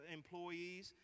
employees